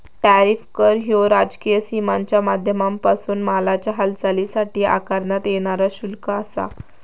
tariff कर ह्यो राजकीय सीमांच्या माध्यमांपासून मालाच्या हालचालीसाठी आकारण्यात येणारा शुल्क आसा